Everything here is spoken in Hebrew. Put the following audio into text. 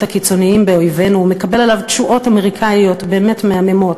הקיצונים באויבינו ומקבל עליו תשואות אמריקניות באמת מהממות.